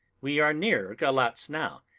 we are near galatz now,